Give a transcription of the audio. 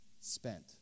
spent